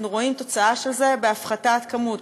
אנחנו רואים תוצאה של זה בהפחתת כמות,